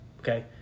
Okay